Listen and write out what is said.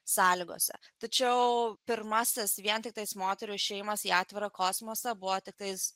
sąlygose tačiau pirmąsias vien tiktais moterų išėjimas į atvirą kosmosą buvo tiktais